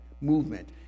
movement